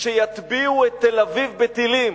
שיטביעו את תל-אביב בטילים.